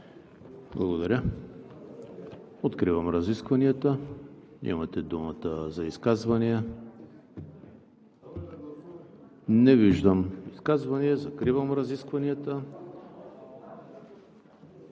ХРИСТОВ: Откривам разискванията. Имате думата за изказвания. Не виждам изказвания. Закривам разискванията.